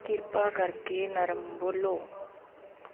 ਕਿਰਪਾ ਕਰਕੇ ਨਰਮ ਬੋਲੋ